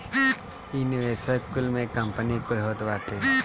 इ निवेशक कुल में कंपनी कुल होत बाटी